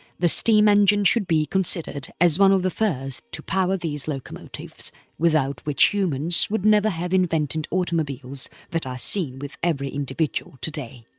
the steam engine should be considered as one of the first to power these locomotive without which humans would never have invented automobiles that are seen with every individual today.